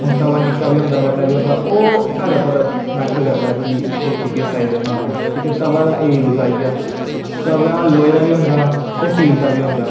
हून तवा निक्का बी होंदा बड्डा बी होंदा ओह् साढ़े उप्पर मैट्टर करदा ऐ कि फुलके किस साईज दे बनाने अस ठीक ऐ तवे दा एह् यूज आई गेआ तवा लोहे दा बी होंदा ते स्टील दा बी होंदा